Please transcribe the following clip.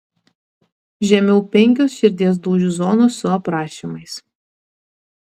žemiau penkios širdies dūžių zonos su aprašymais